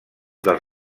dels